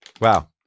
Wow